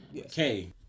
Okay